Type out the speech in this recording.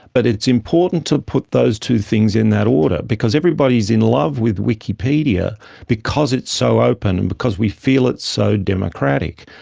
but it's important to put those two things in that order because everybody is in love with wikipedia because it's so open and because we feel it's so democratic.